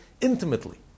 intimately